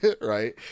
right